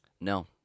No